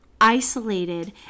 isolated